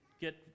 get